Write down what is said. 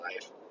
life